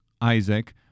Isaac